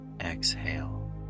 exhale